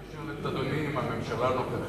רציתי לשאול את אדוני אם הממשלה הנוכחית